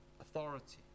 authority